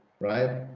Right